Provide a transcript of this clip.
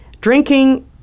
Drinking